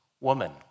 woman